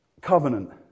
covenant